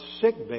sickbed